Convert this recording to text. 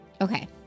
Okay